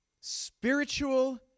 Spiritual